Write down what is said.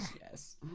Yes